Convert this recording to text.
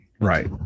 Right